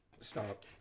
Stop